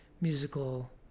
musical